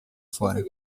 fora